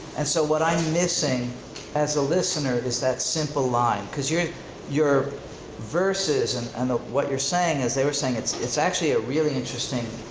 and so what i'm missing as as a listener is that simple line. because your your verses and and ah what you're saying is they were saying it's it's actually a really interesting,